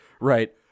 right